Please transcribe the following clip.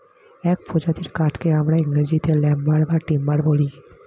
এক প্রজাতির কাঠকে আমরা ইংরেজিতে লাম্বার বা টিম্বার বলি